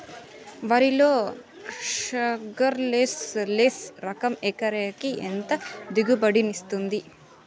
వరి లో sugarless less రకం ఎకరాకి ఎంత దిగుబడినిస్తుంది